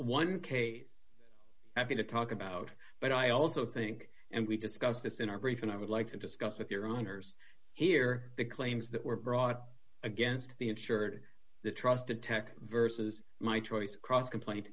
one case having to talk about but i also think and we discussed this in our brief and i would like to discuss with your honor's here to claims that were brought against the insured the trust detect versus my choice cross complain